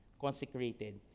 consecrated